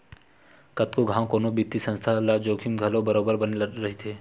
कतको घांव कोनो बित्तीय संस्था ल जोखिम घलो बरोबर बने रहिथे